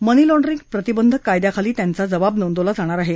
मनी laundering प्रतिबधक कायद्याखाली त्यांचा जबाब नोंदवला जाणार आहे